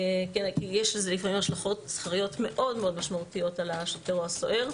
כי יש לזה לפעמים השלכות שכריות מאוד מאוד משמעותיות על השוטר או הסוהר.